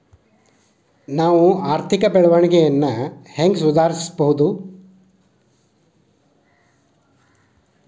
ನಾವು ಆರ್ಥಿಕ ಬೆಳವಣಿಗೆಯನ್ನ ಹೆಂಗ್ ಸುಧಾರಿಸ್ಬಹುದ್?